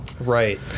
Right